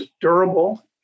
durable